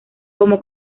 como